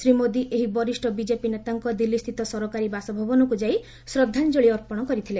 ଶ୍ରୀ ମୋଦି ଏହି ବରିଷ୍ଣ ବିଜେପି ନେତାଙ୍କ ଦିଲ୍ଲୀସ୍ଥିତ ସରକାରୀ ବାସଭବନକୁ ଯାଇ ଶ୍ରଦ୍ଧାଞ୍ଜଳି ଅର୍ପଣ କରିଥିଲେ